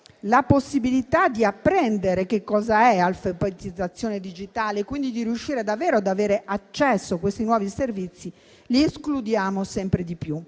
la possibilità di apprendere che cos'è l'alfabetizzazione digitale per riuscire davvero ad avere accesso a questi nuovi servizi, li escludiamo sempre di più.